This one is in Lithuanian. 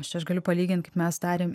nes aš galiu palygint kaip mes darėm